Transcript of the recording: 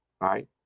Right